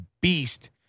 beast